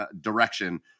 direction